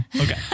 Okay